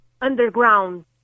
underground